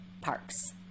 parks